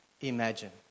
imagine